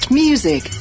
music